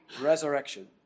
resurrection